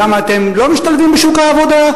למה אתם לא משתלבים בשוק העבודה,